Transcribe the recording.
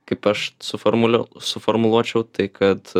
kaip aš suformulu suformuluočiau tai kad